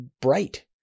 bright